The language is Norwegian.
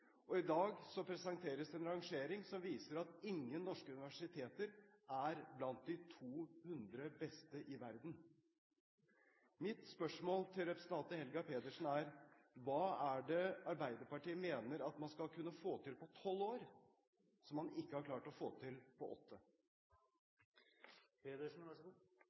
forskning. I dag presenteres det en rangering som viser at ingen norske universiteter er blant de 200 beste i verden. Mitt spørsmål til representanten Helga Pedersen er: Hva er det Arbeiderpartiet mener at man skal kunne få til på tolv år som man ikke har klart å få til på åtte?